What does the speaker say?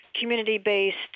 community-based